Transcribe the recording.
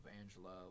Angela